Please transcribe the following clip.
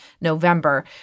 November